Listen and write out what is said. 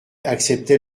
acceptait